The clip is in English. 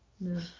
No